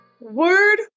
Word